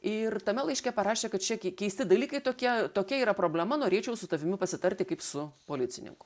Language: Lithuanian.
ir tame laiške parašė kad čia keisti dalykai tokie tokia yra problema norėčiau su tavimi pasitarti kaip su policininku